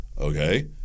okay